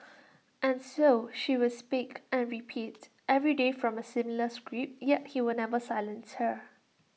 and so she will speak and repeat every day from A similar script yet he will never silence her